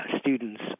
students